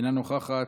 אינה נוכחת,